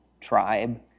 tribe